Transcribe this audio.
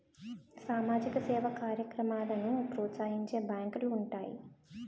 సామాజిక సేవా కార్యక్రమాలను ప్రోత్సహించే బ్యాంకులు ఉంటాయి